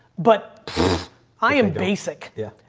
but i am basic, yeah,